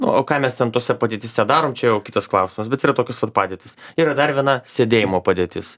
o ką mes ten tose padėtyse darom čia jau kitas klausimas bet yra tokios vat padėtys yra dar viena sėdėjimo padėtis